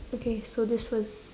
okay so this was